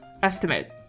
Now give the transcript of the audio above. estimate